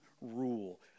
rule